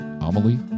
Amelie